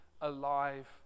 alive